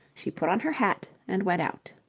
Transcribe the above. she put on her hat and went out.